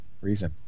reason